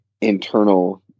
internal